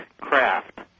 craft